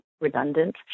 redundant